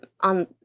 On